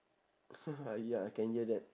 ah ya I can hear that